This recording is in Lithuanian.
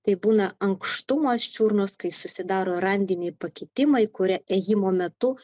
tai būna ankštumas čiurnos kai susidaro randiniai pakitimai kurie ėjimo metu